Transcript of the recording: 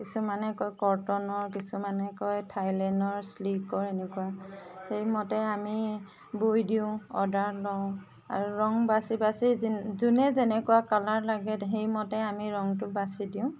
কিছুমানে কয় কৰ্তনৰ কিছুমানে কয় থাইলেনৰ চিল্কৰ এনেকুৱা সেইমতে আমি বয় দিও অৰ্ডাৰ লওঁ আৰু ৰং বাচি বাচি যোনে যেনেকুৱা কালাৰ লাগে সেইমতে আমি ৰংটো বাচি দিও